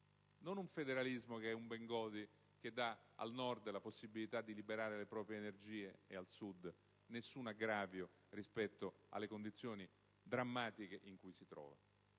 non un federalismo bengodi che dà al Nord la possibilità di liberare le proprie energie e al Sud nessun aggravio rispetto alle condizioni drammatiche in cui si trova.